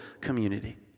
community